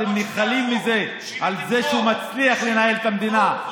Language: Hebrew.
אתם נאכלים מזה שהוא מצליח לנהל את המדינה.